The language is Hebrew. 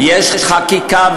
יש חקיקה,